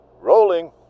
Rolling